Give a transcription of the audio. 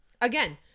again